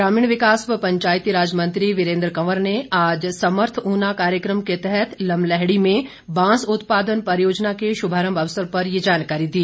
ग्रामीण विकास व पंचायतीराज मंत्री वीरेन्द्र कंवर ने आज समर्थ ऊना कार्यक्रम के तहत लमलैहड़ी में बांस उत्पादन परियोजना के शुभारंभ अवसर पर ये जानकारी दी